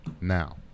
Now